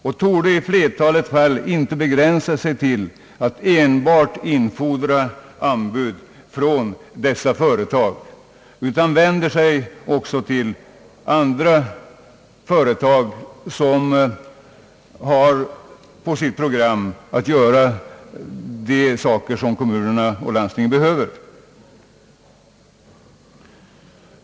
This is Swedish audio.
De torde i flertalet fall inte begränsa sig till att enbart infordra anbud från dessa företag, utan de vänder sig också till andra företag, som tillverkar de saker kommunerna och landstingen behöver.